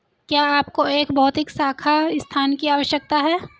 क्या आपको एक भौतिक शाखा स्थान की आवश्यकता है?